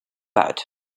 about